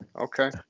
Okay